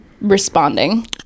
responding